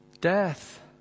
Death